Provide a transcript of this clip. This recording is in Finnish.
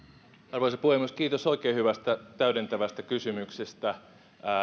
arvoisa puhemies kiitos oikein hyvästä täydentävästä kysymyksestä